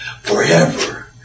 forever